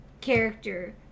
character